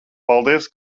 paldies